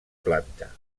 planta